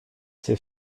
c’est